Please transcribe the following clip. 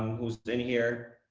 who's in here,